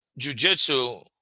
jujitsu